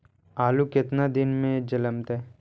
आलू केतना दिन में जलमतइ?